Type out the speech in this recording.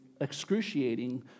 excruciating